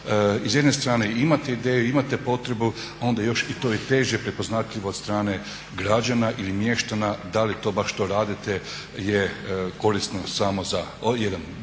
s jedne strane imate ideju imate potrebu, a onda je to još i teže prepoznatljivo od strane građana ili mještana da li to baš to radite je korisno samo za jedan